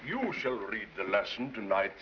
you shall read the lesson tonight